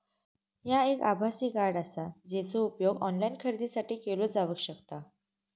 ह्या एक आभासी कार्ड आसा, जेचो उपयोग ऑनलाईन खरेदीसाठी केलो जावक शकता